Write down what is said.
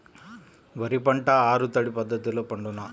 వరి పంట ఆరు తడి పద్ధతిలో పండునా?